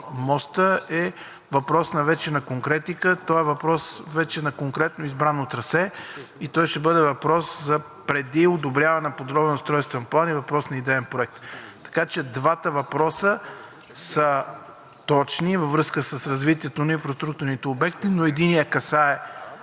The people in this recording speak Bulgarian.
мостът е въпрос на конкретика, той е въпрос на конкретно избрано трасе и той ще бъде въпрос преди одобряване на подробен устройствен план и въпрос на идеен проект. Така че двата въпроса са точни във връзка с развитието на инфраструктурните обекти, но единият касае